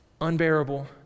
Unbearable